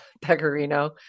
pecorino